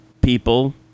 people